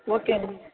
okay ma'am